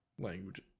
language